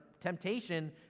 temptation